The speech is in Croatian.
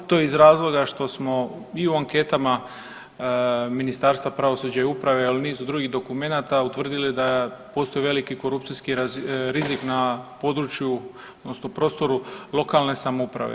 To je iz razloga što smo i u anketama Ministarstva pravosuđa i uprave ali i u nizu drugih dokumenata utvrdili da postoji veliki korupcijski rizik na području odnosno prostoru lokalne samouprave.